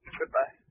goodbye